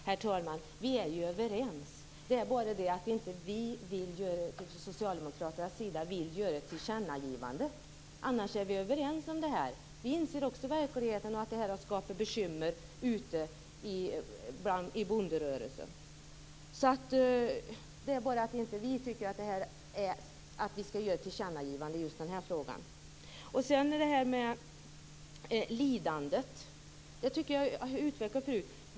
Herr talman! Vi är ju överens. Det är ju bara det att vi från socialdemokraternas sida inte vill göra ett tillkännagivande. Annars är vi överens. Vi inser också verkligheten och att detta har skapat bekymmer ute i bonderörelsen. Skillnaden är bara att vi inte tycker att vi skall göra ett tillkännagivande i just den här frågan. Sedan tycker jag att jag har utvecklat detta med lidandet.